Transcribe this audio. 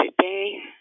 today